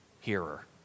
hearer